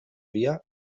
via